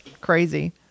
crazy